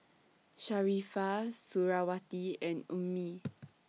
Sharifah Suriawati and Ummi